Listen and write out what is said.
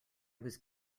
was